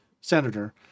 Senator